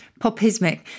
popismic